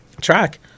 track